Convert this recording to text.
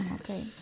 Okay